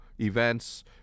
events